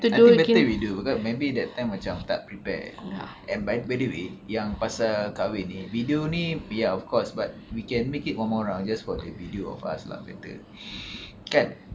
I think better we do because maybe that time macam tak prepare and by the way yang pasal kahwin ni video ni ya of course but we can make it one more round just for a video of us lah better kan